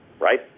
right